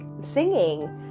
singing